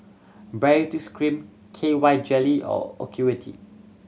Baritex Cream K Y Jelly or Ocuvite